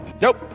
Nope